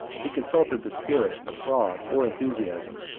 he consulted the spirit of fraud or enthusiasm,